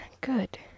good